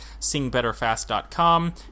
singbetterfast.com